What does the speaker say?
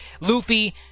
Luffy